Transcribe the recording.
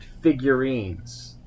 figurines